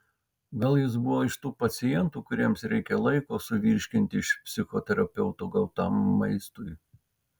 gal jis buvo iš tų pacientų kuriems reikia laiko suvirškinti iš psichoterapeuto gautam maistui